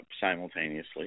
simultaneously